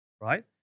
Right